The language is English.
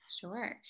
Sure